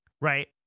right